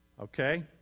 Okay